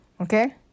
okay